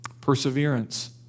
perseverance